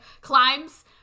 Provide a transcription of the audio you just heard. climbs